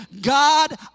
God